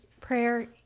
prayer